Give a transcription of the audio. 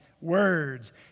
words